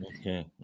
okay